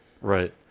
Right